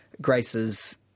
Grace's